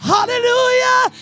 Hallelujah